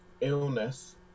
illness